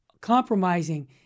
compromising